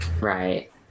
right